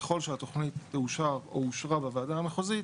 ככל שהתוכנית תאושר או אושרה בוועדה המחוזית,